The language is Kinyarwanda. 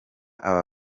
aba